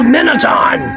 Minotaur